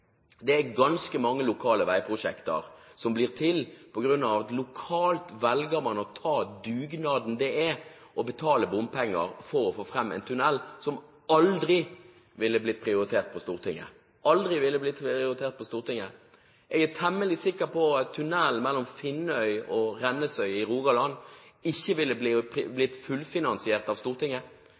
Det er ganske mange lokale veiprosjekter som blir til på grunn av at man lokalt velger å ta den dugnaden det er å betale bompenger for å få en tunnel som aldri ville blitt prioritert på Stortinget. Jeg er temmelig sikker på at tunnelen mellom Finnøy og Rennesøy i Rogaland ikke ville blitt fullfinansiert av Stortinget.